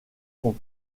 son